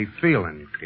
feeling